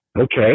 Okay